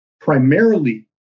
primarily